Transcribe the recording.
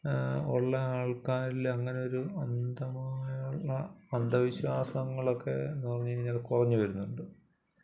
ഉള്ള ആൾക്കാരിൽ അങ്ങനെ ഒരു അന്ധമായുള്ള അന്ധവിശ്വാസങ്ങളൊക്കെ എന്നു പറഞ്ഞു കഴിഞ്ഞാൽ കുറഞ്ഞു വരുന്നുണ്ട്